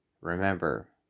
Remember